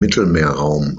mittelmeerraum